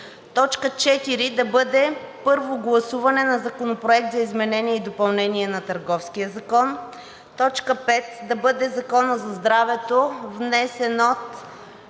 Точка четвърта да бъде Първо гласуване на Законопроекта за изменение и допълнение на Търговския закон. Точка пета да бъде Законът за здравето, внесен от